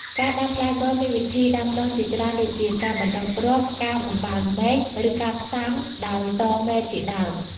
ការដាំផ្លែប័រមានវិធីដាំដុះជាច្រើនដូចជា ការបណ្តុះគ្រាប់ ការបំបៅមែក ឬការផ្សាំដោយតមែកជាដើម។